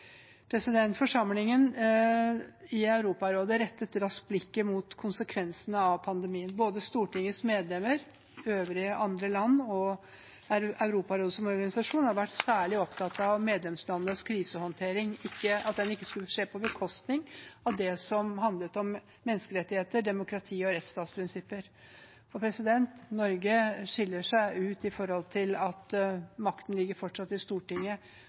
Forsamlingen i Europarådet rettet raskt blikket mot konsekvensene av pandemien. Både Stortingets medlemmer, øvrige land og Europarådet som organisasjon har vært særlig opptatt av medlemslandenes krisehåndtering og at den ikke skulle skje på bekostning av menneskerettigheter, demokrati og rettsstatsprinsipper. Og Norge skiller seg ut ved at makten fortsatt ligger i Stortinget.